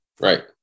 Right